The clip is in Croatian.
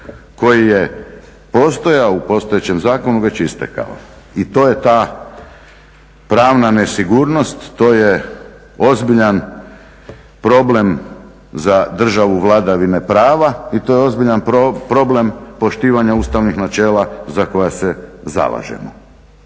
koji je postojao u postojećem zakonu već istekao. I to je ta pravna nesigurnost, to je ozbiljan problem za državu vladavine prava i to je ozbiljan problem poštivanja ustavnih načela za koja se zalažemo.